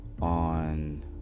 on